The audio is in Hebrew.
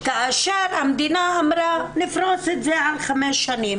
כאשר המדינה אמרה 'נפרוש את זה על פני 5 שנים'.